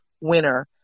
winner